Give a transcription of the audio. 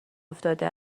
افتاده